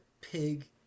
pig